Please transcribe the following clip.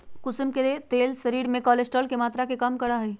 कुसुम के तेल शरीर में कोलेस्ट्रोल के मात्रा के कम करा हई